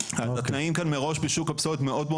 התנאים כאן מראש בשוק הפסולת מאוד מאד